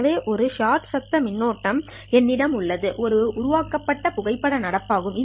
எனவே ஷாட் சத்தம் மின்னோட்டம் என்னிடம் உள்ளது இது உருவாக்கப்பட்ட புகைப்பட நடப்பு ஆகும்